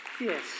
Yes